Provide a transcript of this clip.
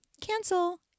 cancel